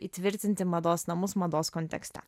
įtvirtinti mados namus mados kontekste